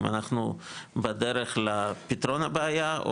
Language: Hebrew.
אם אנחנו בדרך לפתרון הבעיה,